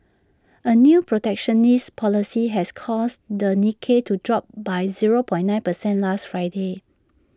A new protectionist policy has caused the Nikkei to drop by zero point nine percent last Friday